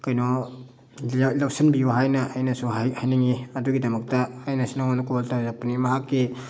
ꯀꯩꯅꯣ ꯂꯧꯁꯟꯕꯤꯌꯨ ꯍꯥꯏꯅ ꯑꯩꯅꯁꯨ ꯍꯥꯏ ꯍꯥꯏꯅꯤꯡꯉꯤ ꯑꯗꯨꯒꯤꯗꯃꯛꯇ ꯑꯩꯅꯁꯨ ꯅꯪꯉꯣꯟꯗ ꯀꯣꯜ ꯇꯧꯔꯛꯄꯅꯤ ꯃꯍꯥꯛꯀꯤ